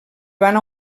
van